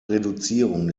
reduzierung